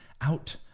out